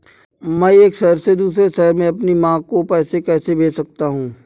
मैं एक शहर से दूसरे शहर में अपनी माँ को पैसे कैसे भेज सकता हूँ?